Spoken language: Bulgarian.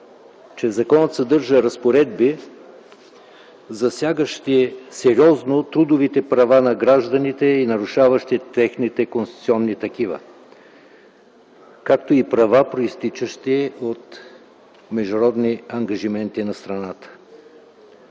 че законът съдържа разпоредби, засягащи сериозно трудовите права на гражданите и нарушаващи техните конституционни такива, както и права, произтичащи от международни ангажименти на страната.